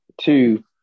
two